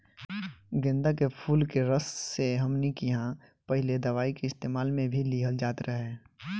गेन्दा के फुल के रस से हमनी किहां पहिले दवाई के इस्तेमाल मे भी लिहल जात रहे